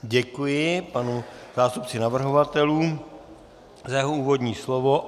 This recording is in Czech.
Děkuji panu zástupci navrhovatelů za jeho úvodní slovo.